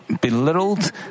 belittled